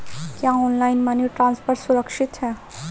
क्या online money transfer सुरक्षित है?